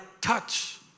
touch